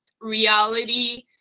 reality